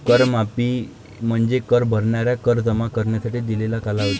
कर माफी म्हणजे कर भरणाऱ्यांना कर जमा करण्यासाठी दिलेला कालावधी